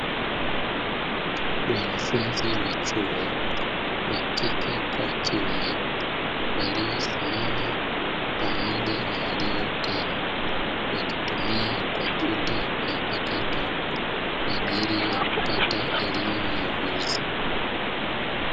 Wanafunzi wa chuo wa kike kwa wa kiume, waliosimama, pamoja na waliokaa, wakitumia kompyuta mpakato kwa ajili ya kupata elimu na ujuzi.